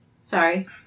Sorry